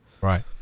Right